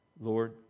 Lord